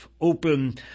open